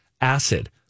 acid